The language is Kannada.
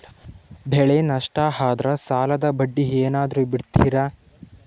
ಬೆಳೆ ನಷ್ಟ ಆದ್ರ ಸಾಲದ ಬಡ್ಡಿ ಏನಾದ್ರು ಬಿಡ್ತಿರಾ?